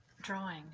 Drawing